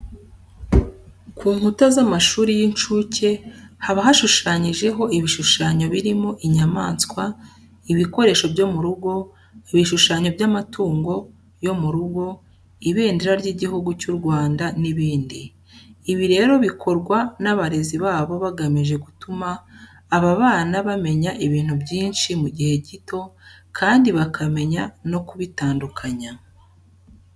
Ku nkuta z'amashuri y'incuke haba hashushanyijeho ibishushanyo birimo inyamaswa, ibikoresho byo mu rugo, ibishushanyo by'amatungo yo mu rugo, Ibendera ry'Igihugu cy'u Rwanda n'ibindi. Ibi rero bikorwa n'abarezi babo bagamije gutuma aba bana bamenya ibintu byinshi mu gihe gito kandi bakamenya no kubitandukanya.